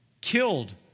killed